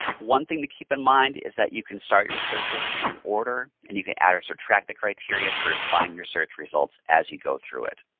one thing to keep in mind is that you can start your searches in any order and you can add or subtract the criteria to refine your search results as you go through it.